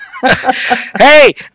Hey